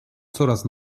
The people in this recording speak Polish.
coraz